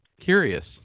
Curious